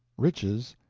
riches,